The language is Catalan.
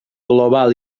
global